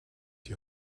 die